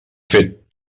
fet